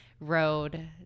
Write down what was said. road